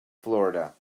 florida